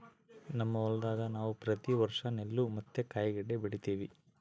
ನಮ್ಮ ಹೊಲದಾಗ ನಾವು ಪ್ರತಿ ವರ್ಷ ನೆಲ್ಲು ಮತ್ತೆ ಕಾಯಿಗಡ್ಡೆ ಬೆಳಿತಿವಿ